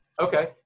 Okay